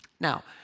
Now